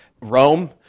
Rome